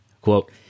quote